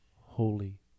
holy